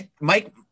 Mike